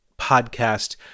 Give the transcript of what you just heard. podcast